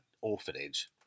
orphanage